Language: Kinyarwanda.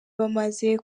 bamaze